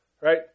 Right